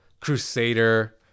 crusader